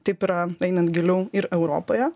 taip yra einant giliau ir europoje